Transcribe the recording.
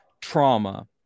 trauma